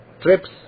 trips